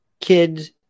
kids